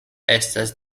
estas